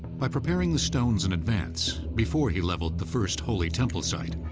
by preparing the stones in advance, before he leveled the first holy temple site,